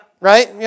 Right